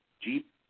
jeep